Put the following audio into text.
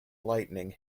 lightning